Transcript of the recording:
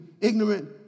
ignorant